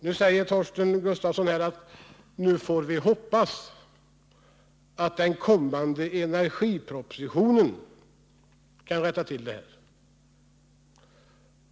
Nu säger Torsten Gustafsson att vi får hoppas att den kommande energipropositionen kan rätta till det här.